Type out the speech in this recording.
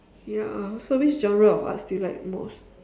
ya so which genre of arts do you like most